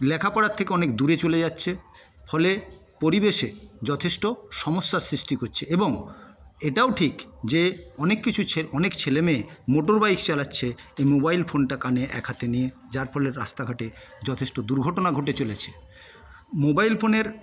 লেখাপড়ার থেকে অনেক দূরে চলে যাচ্ছে ফলে পরিবেশে যথেষ্ট সমস্যার সৃষ্টি করছে এবং এটাও ঠিক যে অনেক কিছু অনেক ছেলেমেয়ে মোটর বাইক চালাচ্ছে এই মোবাইল ফোনটা কানে এক হাতে নিয়ে যার ফলে রাস্তাঘাটে যথেষ্ট দুর্ঘটনা ঘটে চলেছে মোবাইল ফোনের